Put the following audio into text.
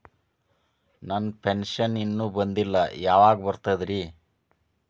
ನನ್ನ ಪೆನ್ಶನ್ ಇನ್ನೂ ಬಂದಿಲ್ಲ ಯಾವಾಗ ಬರ್ತದ್ರಿ?